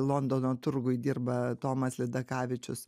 londono turguj dirba tomas lidakavičius